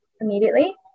immediately